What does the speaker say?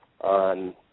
on